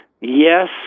yes